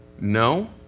no